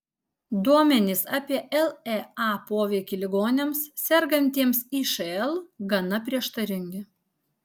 duomenys apie lea poveikį ligoniams sergantiems išl gana prieštaringi